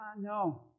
No